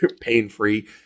pain-free